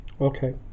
Okay